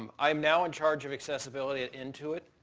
um i'm now in charge of accessibility at intuit.